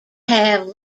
have